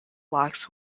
blacks